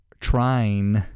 trying